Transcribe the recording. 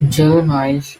juveniles